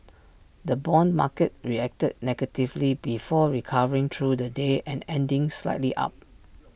the Bond market reacted negatively before recovering through the day and ending slightly up